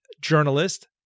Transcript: journalist